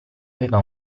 aveva